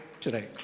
today